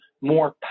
more